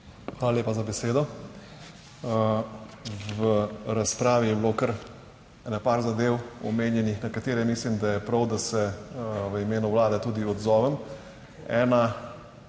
Hvala lepa za besedo. V razpravi je bilo kar par zadev omenjenih, na katere mislim, da je prav, da se v imenu Vlade tudi odzovem.